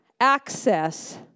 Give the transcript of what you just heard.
access